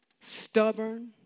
stubborn